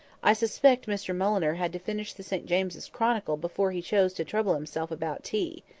i suspect mr mulliner had to finish the st james's chronicle before he chose to trouble himself about tea.